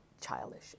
childish